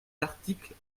l’article